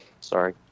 Sorry